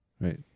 right